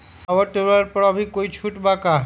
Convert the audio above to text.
Power tiller पर अभी कोई छुट बा का?